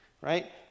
Right